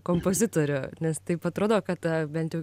kompozitorių nes taip atrodo kad bent jau